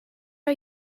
are